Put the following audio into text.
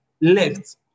left